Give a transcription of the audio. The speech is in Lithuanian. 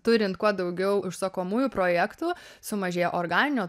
turint kuo daugiau užsakomųjų projektų sumažėja organinio